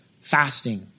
Fasting